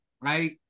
right